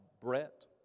Brett